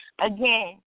Again